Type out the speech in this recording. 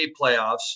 playoffs